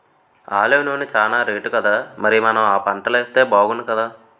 olive నూనె చానా రేటుకదా మరి మనం ఆ పంటలేస్తే బాగుణ్ణుకదా